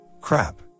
Crap